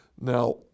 Now